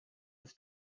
was